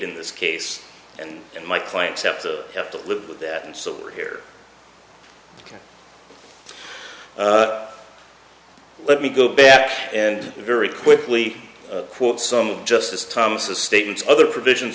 in this case and in my client's have to have to live with that and so we're here ok let me go back and very quickly quote some of justice thomas statements other provisions